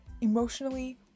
emotionally